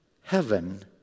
heaven